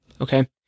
Okay